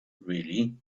really